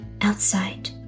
outside